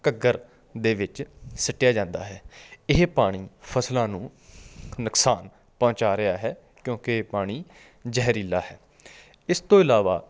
ਘੱਗਰ ਦੇ ਵਿੱਚ ਸੁੱਟਿਆ ਜਾਂਦਾ ਹੈ ਇਹ ਪਾਣੀ ਫਸਲਾਂ ਨੂੰ ਨੁਕਸਾਨ ਪਹੁੰਚਾ ਰਿਹਾ ਹੈ ਕਿਉਂਕਿ ਇਹ ਪਾਣੀ ਜ਼ਹਿਰੀਲਾ ਹੈ ਇਸ ਤੋਂ ਇਲਾਵਾ